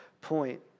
point